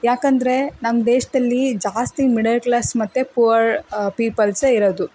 ಯಾಕಂದರೆ ನಮ್ಮ ದೇಶದಲ್ಲಿ ಜಾಸ್ತಿ ಮಿಡಲ್ ಕ್ಲಾಸ್ ಮತ್ತು ಪುವರ್ ಪಿಪಲ್ಸೇ ಇರೋದು